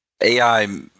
AI